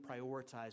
prioritize